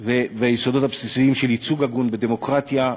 וביסודות הבסיסיים של ייצוג הגון בדמוקרטיה,